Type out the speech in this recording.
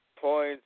points